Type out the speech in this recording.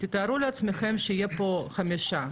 תארו לעצמכם שיהיה פה חמישה,